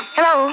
Hello